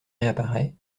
réapparaît